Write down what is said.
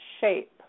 shape